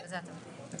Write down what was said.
כן.